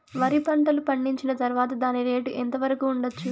వరి పంటలు పండించిన తర్వాత దాని రేటు ఎంత వరకు ఉండచ్చు